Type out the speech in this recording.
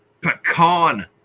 pecan